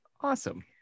Awesome